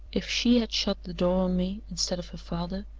if she had shut the door on me, instead of her father,